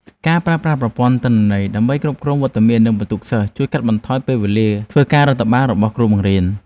ការប្រើប្រាស់ប្រព័ន្ធទិន្នន័យដើម្បីគ្រប់គ្រងវត្តមាននិងពិន្ទុសិស្សជួយកាត់បន្ថយពេលវេលាធ្វើការងាររដ្ឋបាលរបស់គ្រូបង្រៀន។